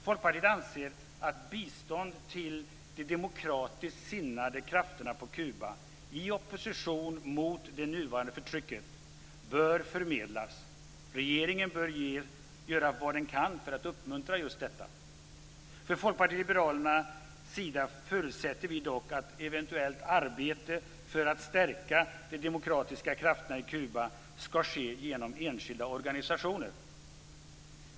Folkpartiet anser att bistånd till de demokratiskt sinnade krafterna på Kuba i opposition mot det nuvarande förtrycket bör förmedlas. Regeringen bör göra vad den kan för att uppmuntra detta. Från Folkpartiet liberalernas sida förutsätter vi dock att eventuellt arbete för att stärka de demokratiska krafterna i Kuba skall ske genom enskilda organisationer.